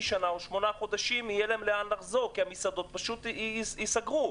שנה או שמונה חודשים כי המסעדות פשוט ייסגרו.